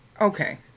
Okay